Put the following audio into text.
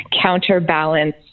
counterbalance